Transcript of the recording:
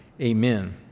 Amen